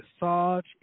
massage